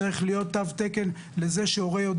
צריך להיות תו תקן לזה שהורה יודע